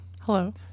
Hello